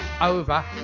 over